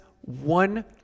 one